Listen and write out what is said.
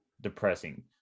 depressing